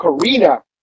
Karina